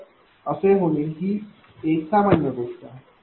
तर असे होणे ही एक सामान्य गोष्ट आहे